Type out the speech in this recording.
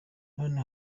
none